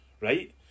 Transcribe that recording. right